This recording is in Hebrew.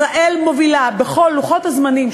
ישראל מובילה בכל לוחות הזמנים.